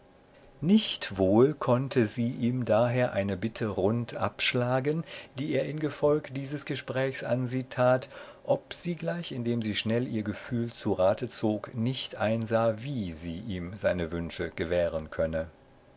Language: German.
nicht wohl konnte sie ihm daher eine bitte rund abschlagen die er in gefolg dieses gesprächs an sie tat ob sie gleich indem sie schnell ihr gefühl zu rate zog nicht einsah wie sie ihm seine wünsche gewähren könne